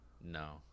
No